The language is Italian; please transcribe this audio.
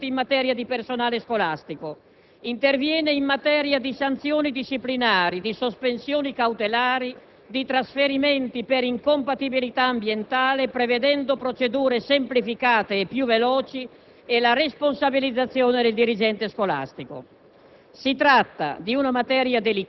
L'articolo 2 prevede norme urgenti in materia di personale scolastico. Interviene in materia di sanzioni disciplinari, di sospensioni cautelari, di trasferimenti per incompatibilità ambientale, prevedendo procedure semplificate e più veloci e la responsabilizzazione del dirigente scolastico.